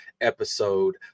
episode